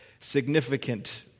significant